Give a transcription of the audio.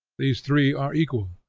these three are equal.